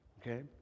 Okay